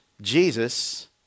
Jesus